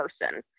person